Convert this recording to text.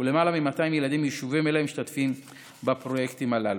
למעלה מ-200 ילדים מיישובים אלה משתתפים בפרויקטים הללו,